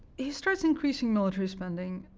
he starts increasing military spending.